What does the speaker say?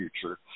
future